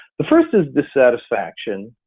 the first is dissatisfaction,